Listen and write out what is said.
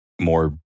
more